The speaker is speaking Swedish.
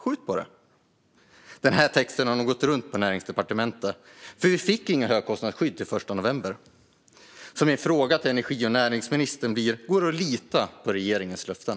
Skjut på det. Den här texten har nog gått runt på Näringsdepartementet, för vi fick inget högkostnadsskydd till den 1 november. Min fråga till energi och näringsministern blir: Går det att lite på regeringens löften?